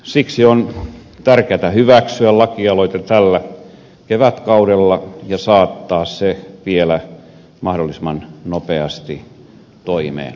siksi on tärkeätä hyväksyä lakialoite tällä kevätkaudella ja saattaa se vielä mahdollisimman nopeasti toimeen